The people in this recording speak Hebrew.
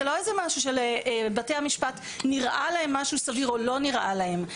זה לא איזה משהו של בתי המשפט נראה להם משהו סביר או לא נראה להם,